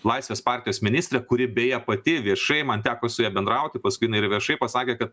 laisvės partijos ministrę kuri beje pati viešai man teko su ja bendrauti paskui jinai ir viešai pasakė kad